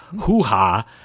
hoo-ha